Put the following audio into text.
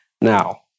now